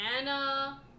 Anna